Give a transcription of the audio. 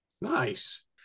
Nice